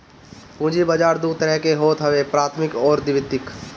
पूंजी बाजार दू तरह के होत हवे प्राथमिक अउरी द्वितीयक